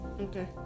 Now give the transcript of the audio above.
Okay